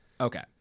okay